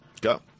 Go